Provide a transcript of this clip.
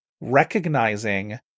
recognizing